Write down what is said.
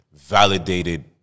validated